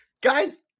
guys